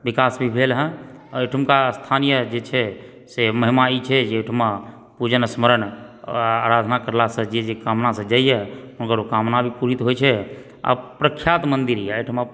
विकास भी भेल हँ एहिठुमका स्थानीय जे छै से जे महिमा ई छै जे एहिठुमा पूजन स्मरण आराधना करलासंँ जे जे कामनासँ जाइए ओकर ओ कामना भी पूरित होइत छै आ प्रख्यात मन्दिर यऽ एहिठमा